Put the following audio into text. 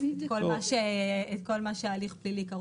כל מה שכרוך בהליך פלילי.